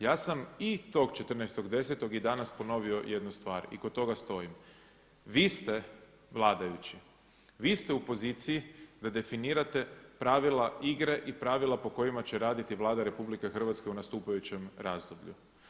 Ja sam i tog 14. 10. i danas ponovio jednu stvar i kod toga stojim, vi ste vladajući, vi ste u poziciji da definirate pravila igre i pravila po kojima će raditi Vlada RH u nastupajućem razdoblju.